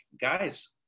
guys